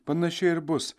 panašiai ir bus